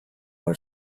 are